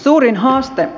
suurin haaste